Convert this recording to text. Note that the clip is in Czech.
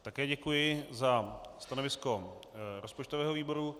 Také děkuji za stanovisko rozpočtového výboru.